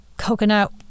coconut